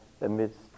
amidst